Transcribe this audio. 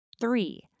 Three